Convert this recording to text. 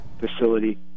facility